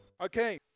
Okay